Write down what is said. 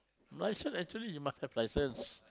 license actually you must have license